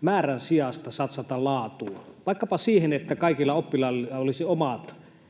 määrän sijasta satsata laatuun — vaikkapa siihen, että kaikilla oppilailla olisi omat